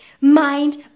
Mind